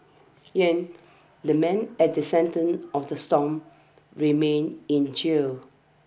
Yang the man at the sentence of the storm remains in jail